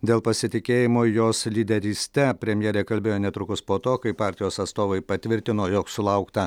dėl pasitikėjimo jos lyderyste premjerė kalbėjo netrukus po to kai partijos atstovai patvirtino jog sulaukta